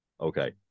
Okay